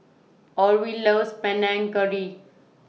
Orvil loves Panang Curry